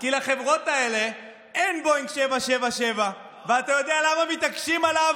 כי לחברות האלה אין בואינג 777. לא,